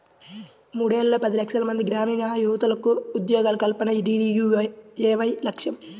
మూడేళ్లలో పది లక్షలమంది గ్రామీణయువతకు ఉద్యోగాల కల్పనే డీడీయూఏవై లక్ష్యం